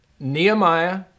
Nehemiah